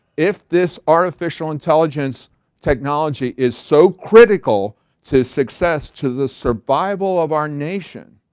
if this artificial intelligence technology is so critical to success, to the survival of our nation.